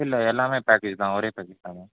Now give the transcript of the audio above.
இல்லை எல்லாமே பேக்கேஜ் தான் ஒரே பேக்கேஜ் தான் மேம்